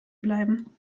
bleiben